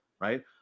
right